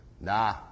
Nah